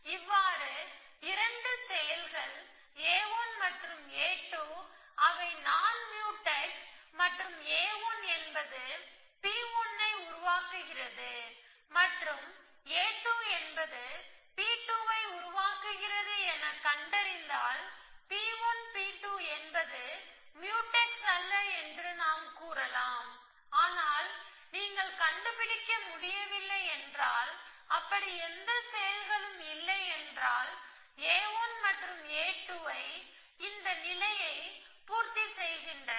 இவ்வாறு இரண்டு செயல்கள் a1 மற்றும் a2 அவை நான் முயூடெக்ஸ் மற்றும் a1 என்பது P1 ஐ உருவாக்குகிறது மற்றும் a2 என்பது P2 ஐ உருவாக்குகிறது என கண்டறிந்தால் P1 P2 என்பது முயூடெக்ஸ் அல்ல என்று நாம் கூறலாம் ஆனால் நீங்கள் கண்டுபிடிக்க முடியவில்லை என்றால் அப்படி எந்த செயல்களும் இல்லை என்றால் a1 மற்றும் a2 இந்த நிபந்தனையை பூர்த்தி செய்கின்றன